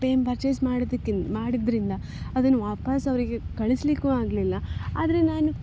purchase ಮಾಡೋದ್ದಕ್ಕೆ ಮಾಡಿದ್ದರಿಂದ ಅದನ್ನು ವಾಪಾಸ್ಸು ಅವರಿಗೆ ಕಳಿಸಲಿಕ್ಕೂ ಆಗಲಿಲ್ಲ ಆದರೆ ನಾನು